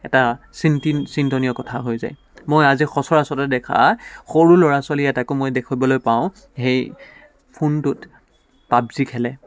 এটা চিন্তি চিন্তনীয় কথা হৈ যায় মই আজি সঁচৰাচতে দেখা সৰু ল'ৰা ছোৱালী এটাকো মই দেখিবলৈ পাওঁ সেই ফোনটোত পাবজি খেলে